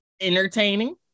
entertaining